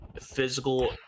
physical